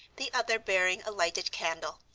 the other bearing a lighted candle,